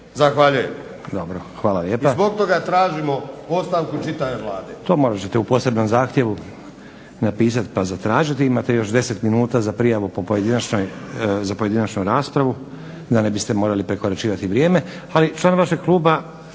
(HDSSB)** I zbog toga tražimo ostavku čitave Vlade.